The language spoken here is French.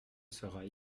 sera